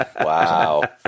Wow